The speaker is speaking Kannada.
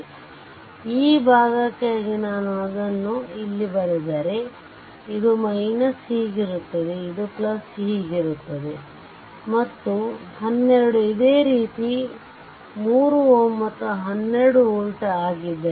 ಆದ್ದರಿಂದ ಈ ಭಾಗಕ್ಕಾಗಿ ನಾನು ಅದನ್ನು ಇಲ್ಲಿ ಬರೆದರೆ ಇದು ಹೀಗಿರುತ್ತದೆ ಇದು ಇರುತ್ತದೆ ಮತ್ತು 12 ಇದೇ ರೀತಿ 3 Ω ಮತ್ತು 12 volt ಆಗಿದ್ದರೆ